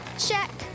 check